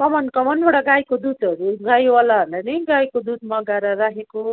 कमान कमानबाट गाईको दुधहरू गाईवालाहरूलाई नै गाईको दुध मगाएर राखेको